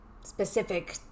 specific